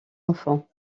enfants